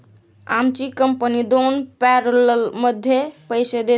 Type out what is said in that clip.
आमची कंपनी दोन पॅरोलमध्ये पैसे देते